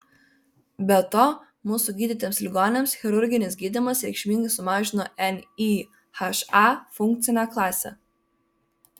be to mūsų gydytiems ligoniams chirurginis gydymas reikšmingai sumažino nyha funkcinę klasę